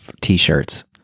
t-shirts